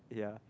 ya